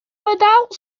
without